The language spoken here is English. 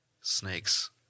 snakes